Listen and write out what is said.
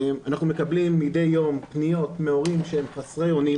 אנחנו מקבלים מדי יום פניות מהורים שהם חסרי אונים,